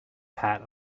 pat